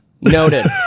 Noted